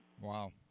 Wow